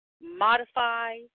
modify